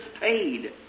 paid